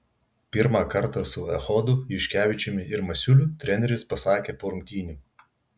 pirmą kartą su echodu juškevičiumi ir masiuliu treneris pasakė po rungtynių